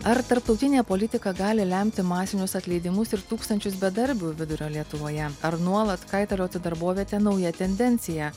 ar tarptautinė politika gali lemti masinius atleidimus ir tūkstančius bedarbių vidurio lietuvoje ar nuolat kaitalioti darbovietę nauja tendencija